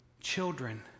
children